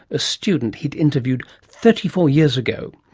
a student he'd interviewed thirty four years ago.